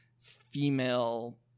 female